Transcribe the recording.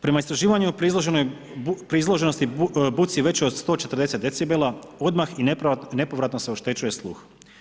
Prema istraživanju pri izloženosti buci većoj od 140 decibela odmah i nepovratno se oštećuje sluh.